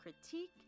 critique